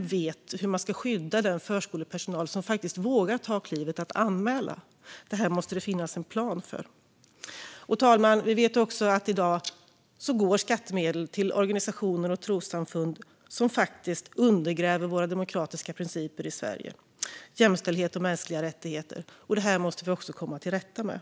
vet hur man ska skydda den förskolepersonal som faktiskt vågar ta klivet att anmäla? Det måste finnas en plan för detta. Fru talman! Vi vet också att skattemedel i dag går till organisationer och trossamfund som faktiskt undergräver våra demokratiska principer i Sverige - jämställdhet och mänskliga rättigheter. Det måste vi också komma till rätta med.